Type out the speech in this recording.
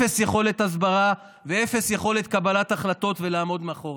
אפס יכולת הסברה ואפס יכולת קבלת החלטות ולעמוד מאחוריהן.